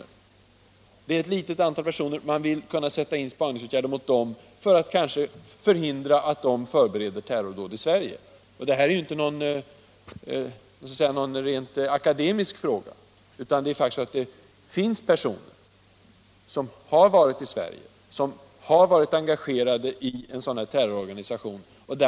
Det gäller alltså ett litet antal personer, som man vill kunna sätta in spaningsåtgärder mot för att hindra att de förbereder terrordåd i Sverige. Det här är inte någon rent akademisk fråga. Det finns faktiskt personer som har varit i Sverige och som varit engagerade i en terrororganisation.